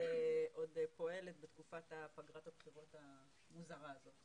פועלת בתקופת פגרת הבחירות המוזרה הזאת.